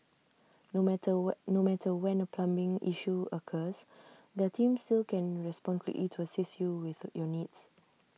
no matter no matter when A plumbing issue occurs their team still can respond quickly to assist you with your needs